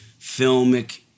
filmic